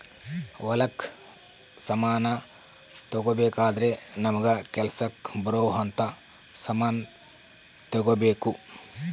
ಹೊಲಕ್ ಸಮಾನ ತಗೊಬೆಕಾದ್ರೆ ನಮಗ ಕೆಲಸಕ್ ಬರೊವ್ ಅಂತ ಸಮಾನ್ ತೆಗೊಬೆಕು